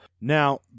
Now